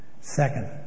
Second